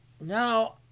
Now